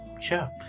sure